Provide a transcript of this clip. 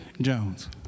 Jones